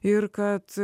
ir kad